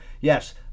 Yes